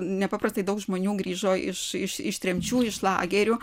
nepaprastai daug žmonių grįžo iš iš tremčių iš lagerių